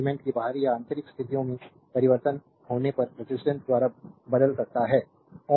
elements की बाहरी या आंतरिक स्थितियों में परिवर्तन होने पर रेजिस्टेंस बदल सकता है